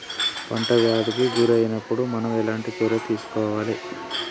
పంట వ్యాధి కి గురి అయినపుడు మనం ఎలాంటి చర్య తీసుకోవాలి?